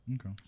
Okay